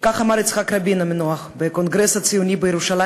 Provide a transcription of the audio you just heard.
כך אמר יצחק רבין המנוח בקונגרס הציוני בירושלים